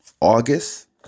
August